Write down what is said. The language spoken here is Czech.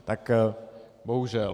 Tak bohužel.